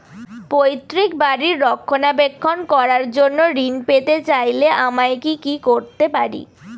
পৈত্রিক বাড়ির রক্ষণাবেক্ষণ করার জন্য ঋণ পেতে চাইলে আমায় কি কী করতে পারি?